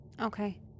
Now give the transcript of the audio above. Okay